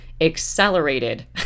accelerated